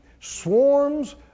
swarms